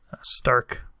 stark